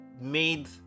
made